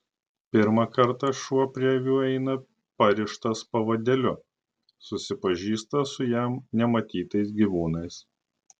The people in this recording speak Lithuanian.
pirmą kartą šuo prie avių eina parištas pavadėliu susipažįsta su jam nematytais gyvūnais